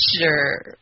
Sure